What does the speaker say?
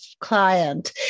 client